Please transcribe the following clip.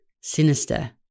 sinister